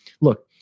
look